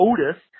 Otis